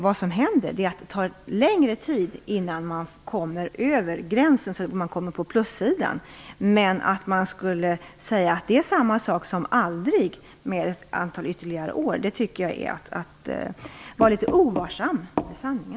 Vad som händer är att det tar längre tid innan man kommer över gränsen, så att man kommer på plussidan. Men att säga att ytterligare ett antal år är samma sak som aldrig är att vara ovarsam med sanningen.